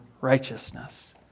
righteousness